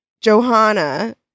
Johanna